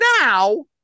now